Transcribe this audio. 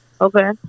Okay